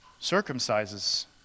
circumcises